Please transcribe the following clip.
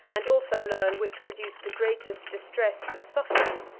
and also learn which produced the greatest distress and suffering,